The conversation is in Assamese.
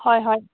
হয় হয়